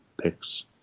picks